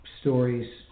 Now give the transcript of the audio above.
stories